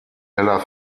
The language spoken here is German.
heller